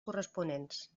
corresponents